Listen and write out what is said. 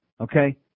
okay